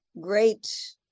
great